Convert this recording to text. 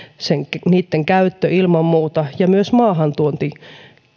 niitten käyttö ilman muuta ja myös maahantuonti